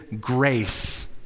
grace